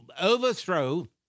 overthrow